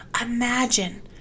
Imagine